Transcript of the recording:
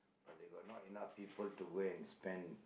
but they got not enough people to go and spend